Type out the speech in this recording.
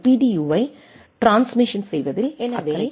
யுவை transmission செய்வதில் அக்கறை கொண்டுள்ளது